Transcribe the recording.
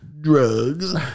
drugs